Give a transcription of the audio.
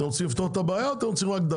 אתם רוצים לפתור את הבעיה או שאתם רק רוצים לדבר?